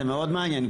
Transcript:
זה מאוד מעניין,